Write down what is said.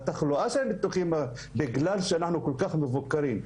זה בגלל שאנחנו כל כך מבוקרים.